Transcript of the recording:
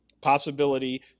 possibility